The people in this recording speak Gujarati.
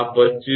આ 25